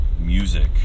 music